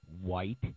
White